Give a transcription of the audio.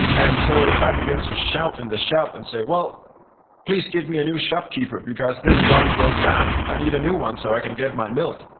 and so if i begin to shout in the shop and say, well please give me a new shopkeeper because this one broke down. i need a new one so i can get my milk,